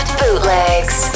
bootlegs